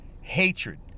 Hatred